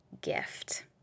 gift